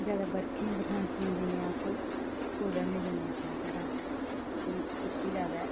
ज्यादा बर्खें बरसांती दे दिनें अस कुतै बी नी जन्ने अपने घरा कि इत्थै ज्यादा